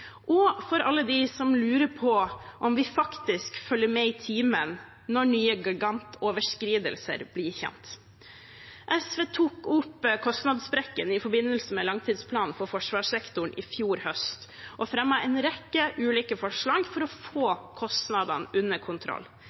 og uforutsigbarhet, og for alle dem som lurer på om vi faktisk følger med i timen når nye gigantoverskridelser blir kjent. SV tok opp kostnadssprekken i forbindelse med langtidsplanen for forsvarssektoren i fjor høst og fremmet en rekke ulike forslag for å få kostnadene under kontroll.